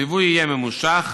הליווי יהיה ממושך